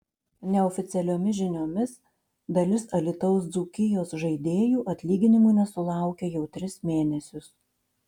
neoficialiomis žiniomis dalis alytaus dzūkijos žaidėjų atlyginimų nesulaukia jau tris mėnesius